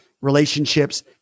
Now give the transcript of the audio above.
relationships